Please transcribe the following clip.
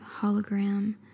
hologram